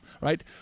right